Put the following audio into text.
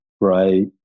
right